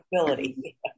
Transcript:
ability